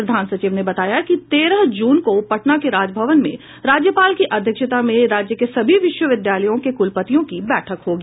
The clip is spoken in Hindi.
प्रधान सचिव ने बताया कि तेरह जून को पटना के राजभवन में राज्यपाल की अध्यक्षता में राज्य के सभी विश्वविद्यालयों के कुलपतियों की बैठक होगी